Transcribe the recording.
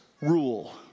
rule